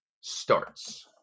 starts